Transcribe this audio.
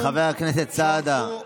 חבר הכנסת סעדה.